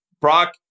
Brock